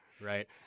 right –